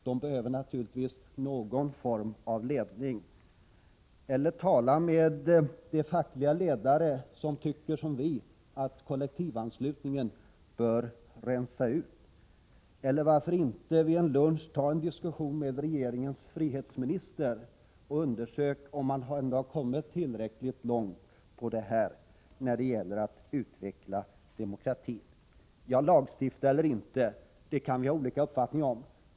Man behöver naturligtvis där någon form av ”orientering”. Eller tala med de fackliga ledare som tycker som vi att kollektivanslutningen bör rensas ut! Eller varför inte vid en lunch ta en diskussion med regeringens frihetsminister och undersöka hur långt han kommit när det gäller att utveckla demokratin. När det gäller frågan om lagstiftning eller inte kan vi ha olika uppfattning.